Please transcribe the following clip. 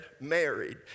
married